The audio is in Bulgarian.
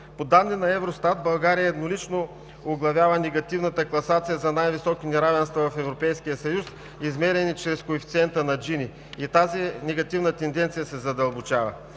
По данни на Евростат България еднолично оглавява негативната класация за най високи неравенства в Европейския съюз, измерени чрез коефициента на Джини и тази негативна тенденция се задълбочава.